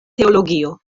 teologio